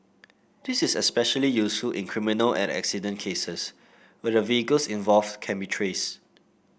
this is especially useful in criminal and accident cases where the vehicles involved can be traced